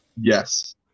Yes